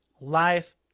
life